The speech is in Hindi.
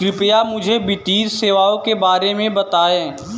कृपया मुझे वित्तीय सेवाओं के बारे में बताएँ?